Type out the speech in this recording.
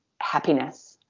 happiness